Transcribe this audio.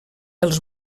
els